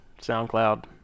soundcloud